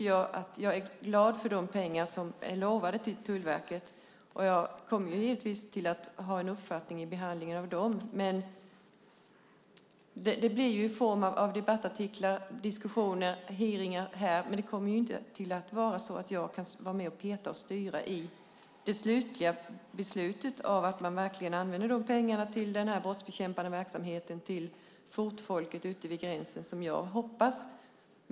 Jag är glad för de pengar som är lovade till Tullverket. Jag kommer givetvis att ha en uppfattning i behandlingen av dem. Det blir i form av debattartiklar, diskussioner och hearingar här, men jag kan inte vara med och peta och styra i det slutliga beslutet så att man verkligen använder de pengarna till den brottsbekämpande verksamheten till fotfolket ute vid gränsen som jag hoppas.